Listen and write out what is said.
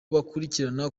bakurikirana